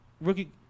rookie